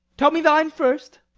tell me thine first.